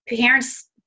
parents